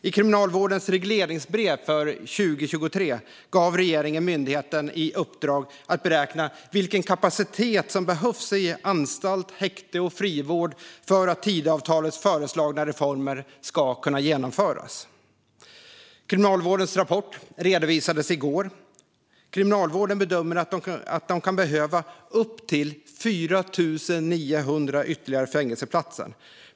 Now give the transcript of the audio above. I Kriminalvårdens regleringsbrev för 2023 gav regeringen myndigheten i uppdrag att beräkna vilken kapacitet som behövs i anstalt, häkte och frivård för att Tidöavtalets föreslagna reformer ska kunna genomföras. Kriminalvårdens rapport redovisades i går. Kriminalvården bedömer att de kan behöva upp till 4 900 ytterligare fängelseplatser.